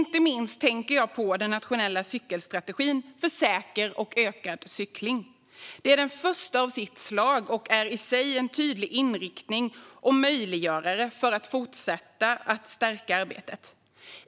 Inte minst tänker jag på den nationella cykelstrategin för säker och ökad cykling. Den är den första i sitt slag och är i sig en tydlig inriktning och möjliggörare för att fortsätta att stärka arbetet.